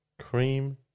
cream